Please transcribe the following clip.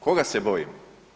Koga se bojimo?